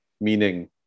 meaning